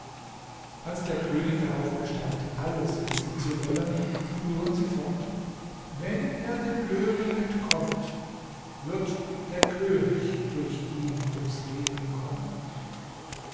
als der könig darauf bestand alles wissen zu wollen fuhren sie fort wenn er dem löwen entkommt wird der könig durch ihn ums leben kommen